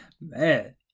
Man